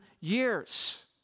years